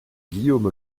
guillaume